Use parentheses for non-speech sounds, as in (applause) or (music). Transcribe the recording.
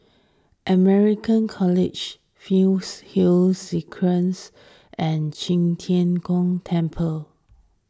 American College Fernhill (unintelligible) and Qi Tian Gong Temple